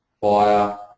fire